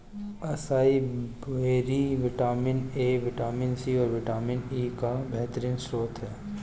acai berry vitamin A, vitamin C, और vitamin E का बेहतरीन स्त्रोत है